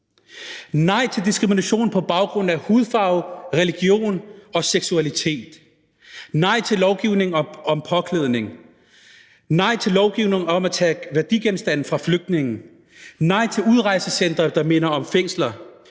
nej til diskrimination på baggrund af hudfarve, religion og seksualitet, nej til lovgivning om påklædning, nej til lovgivning om at tage værdigenstande fra flygtninge, nej til udrejsecentre, der minder om fængsler,